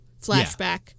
flashback